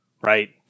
right